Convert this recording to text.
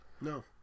No